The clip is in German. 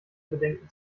bedenken